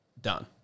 done